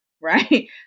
Right